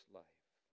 life